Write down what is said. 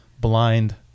blind